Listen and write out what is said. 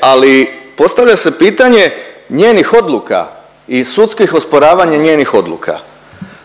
ali postavlja se pitanje njenih odluka i sudskih osporavanja njenih odluka.